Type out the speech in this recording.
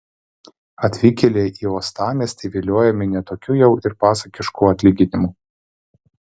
atvykėliai į uostamiestį viliojami ne tokiu jau ir pasakišku atlyginimu